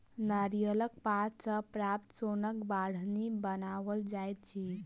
नारियलक पात सॅ प्राप्त सोनक बाढ़नि बनाओल जाइत अछि